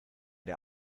der